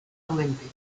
olympic